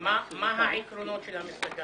מה העקרונות של המפלגה?